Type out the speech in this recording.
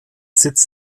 sitz